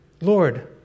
Lord